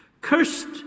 Cursed